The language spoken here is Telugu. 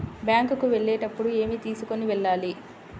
బ్యాంకు కు వెళ్ళేటప్పుడు ఏమి తీసుకొని వెళ్ళాలి?